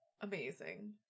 amazing